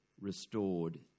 restored